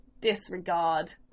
disregard